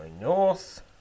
north